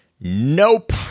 Nope